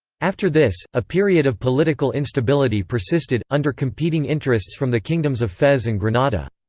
after this, a period of political instability persisted, under competing interests from the kingdoms of fez and granada.